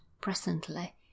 presently